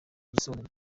igisobanuro